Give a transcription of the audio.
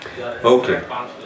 Okay